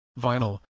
vinyl